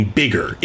bigger